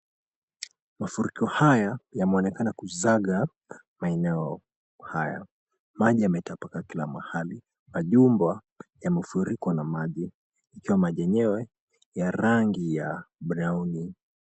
Mafuriko haya yameonekana kuzaga maeneo haya. Maji yametapakaa kila mahali. Majumba yamefurikwa na maji ikiwa maji yenyewe ya rangi ya brown .